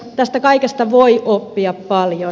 tästä kaikesta voi oppia paljon